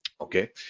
okay